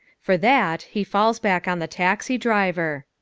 for that he falls back on the taxi-driver.